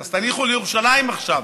אז תניחו לירושלים עכשיו.